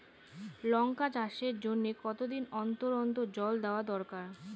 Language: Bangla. লঙ্কা চাষের জন্যে কতদিন অন্তর অন্তর জল দেওয়া দরকার?